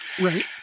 right